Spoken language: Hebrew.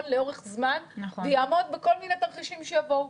לאורך זמן ויעמוד בכל מיני תרחישים שיבואו.